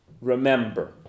Remember